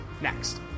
next